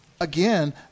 again